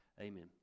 Amen